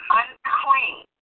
unclean